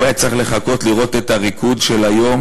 הוא היה צריך לחכות לראות את הריקוד של היום